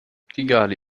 kigali